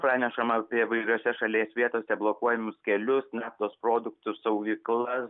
pranešama apie įvairiose šalies vietose blokuojamus kelius naftos produktų saugyklas